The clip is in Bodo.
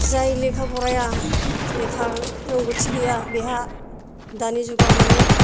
जाय लेखा फराया लेखा रोंगथि गैया बेहा दानि जुगआव मानि